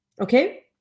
Okay